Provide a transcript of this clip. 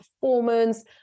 performance